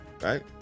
right